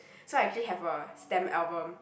so I actually have a stamp album